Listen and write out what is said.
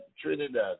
Trinidad